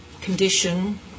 condition